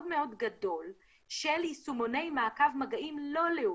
מאוד גדול של יישומוני מעקב מגעים לא לאומיים,